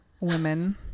women